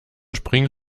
spring